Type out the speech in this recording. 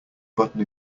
button